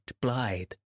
blithe